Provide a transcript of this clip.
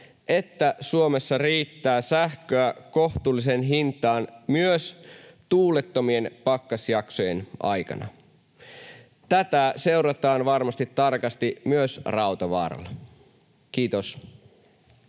että Suomessa riittää sähköä kohtuulliseen hintaan myös tuulettomien pakkasjaksojen aikana. Tätä seurataan varmasti tarkasti myös Rautavaaralla. — Kiitos.